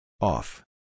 Off